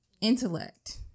intellect